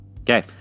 Okay